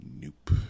nope